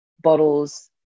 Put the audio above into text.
bottles